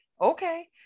okay